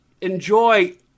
enjoy